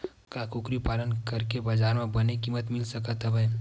का कुकरी पालन करके बजार म बने किमत मिल सकत हवय?